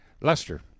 Lester